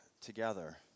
together